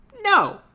no